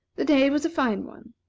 the day was a fine one,